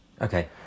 Okay